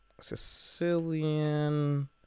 Sicilian